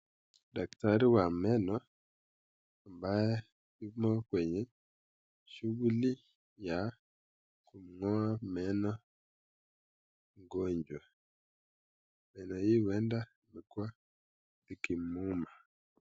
Daktari wa meno ambaye ako kwenye shughuli ya kumng'oa meno mgonjwa meno hii huenda imekuwa ikimuuma.